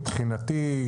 מבחינתי,